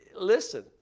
Listen